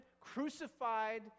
crucified